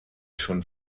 schon